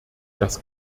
das